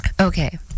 Okay